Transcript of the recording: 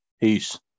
Peace